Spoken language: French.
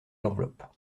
l’enveloppe